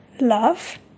love